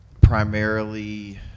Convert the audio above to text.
primarily